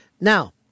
Now